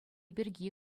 пирки